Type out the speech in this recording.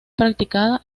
practicada